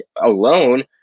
alone